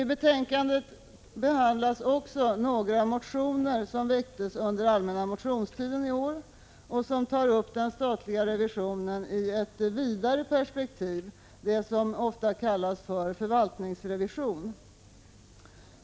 I betänkandet behandlas för det andra några motioner som väcktes under allmänna motionstiden i år och som tar upp den statliga revisionen i ett vidare perspektiv, det som ofta kallas för förvaltningsrevision.